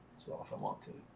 so if i want to